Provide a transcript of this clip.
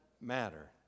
matter